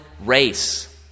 race